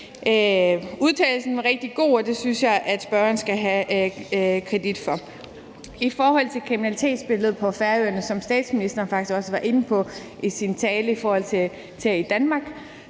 Udtalen var rigtig god, og det synes jeg at spørgeren skal have kredit for. I forhold til kriminalitetsbilledet på Færøerne, som statsministeren faktisk også var inde på i sin tale om Danmark,